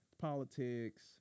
politics